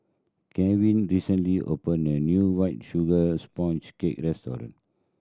Gavin recently opened a new White Sugar Sponge Cake restaurant